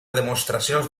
demostracions